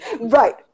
right